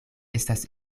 estas